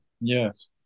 Yes